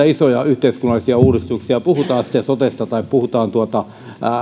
isoja yhteiskunnallisia uudistuksia puhutaan sitten sotesta tai puhutaan